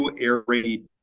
air-raid